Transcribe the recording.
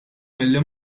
milli